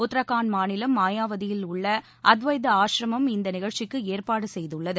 உத்தராகண்ட் மாநிலம் மாயாவதியில் உள்ள அத்வைத ஆஸ்ரமம் இந்த நிகழ்ச்சிக்கு ஏற்பாடு செய்துள்ளது